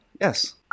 yes